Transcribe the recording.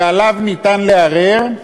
ועליה אפשר לערער,